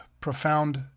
profound